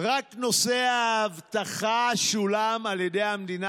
רק נושא האבטחה שולם על ידי המדינה,